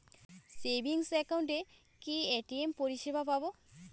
Savings একাউন্টে কি ATM পরিসেবা পাব?